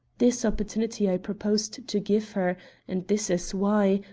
this opportunity i proposed to give her and this is why,